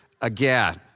again